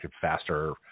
faster